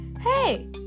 Hey